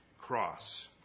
cross